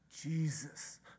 Jesus